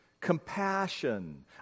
Compassion